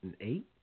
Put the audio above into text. eight